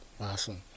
Awesome